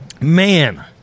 Man